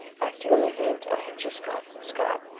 acting on the hint i had just got from scott,